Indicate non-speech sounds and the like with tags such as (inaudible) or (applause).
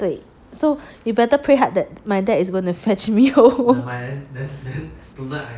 so you better pray hard that my dad is going to fetch me home (laughs)